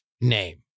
name